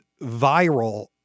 viral